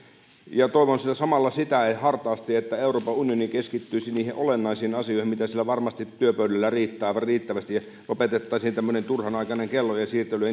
ja toivon samalla hartaasti että euroopan unioni keskittyisi niihin olennaisiin asioihin mitä siellä varmasti työpöydillä riittää aivan riittävästi ja lopetettaisiin tämmöinen turhanaikainen kellojen siirtely